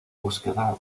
búsqueda